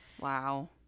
Wow